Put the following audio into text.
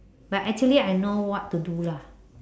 but actually I know what to do lah